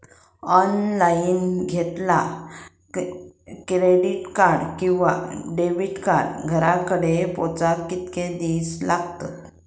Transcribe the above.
Online घेतला credit card किंवा debit card घराकडे पोचाक कितके दिस लागतत?